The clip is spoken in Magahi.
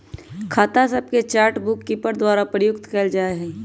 खता सभके चार्ट बुककीपर द्वारा प्रयुक्त कएल जाइ छइ